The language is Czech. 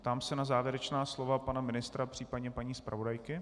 Ptám se na závěrečná slova pana ministra případně paní zpravodajky.